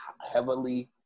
heavily